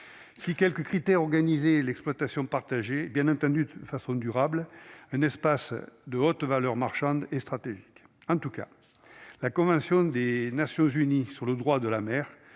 si quelques critères organisées l'exploitation partager bien entendu de façon durable, un espace de haute valeur marchande et stratégique en tout cas la convention des Nations unies sur le droit de la mer